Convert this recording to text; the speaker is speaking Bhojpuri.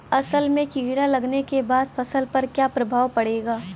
असल में कीड़ा लगने के बाद फसल पर क्या प्रभाव पड़ेगा?